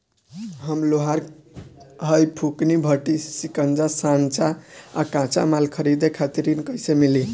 हम लोहार हईं फूंकनी भट्ठी सिंकचा सांचा आ कच्चा माल खरीदे खातिर ऋण कइसे मिली?